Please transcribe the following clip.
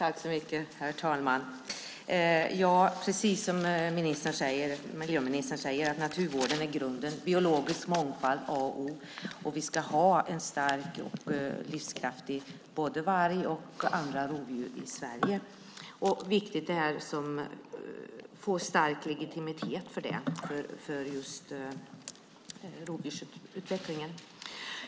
Herr talman! Naturvården är grunden, precis som miljöministern säger, och biologisk mångfald är A och O. Vi ska ha en stark och livskraftig stam av både varg och andra rovdjur i Sverige. Det är viktigt för rovdjursutvecklingen att den får en stark legitimitet.